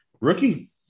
Rookie